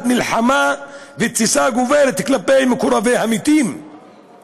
מלחמה כלפי מקורבי המתים ותסיסה גוברת שלהם.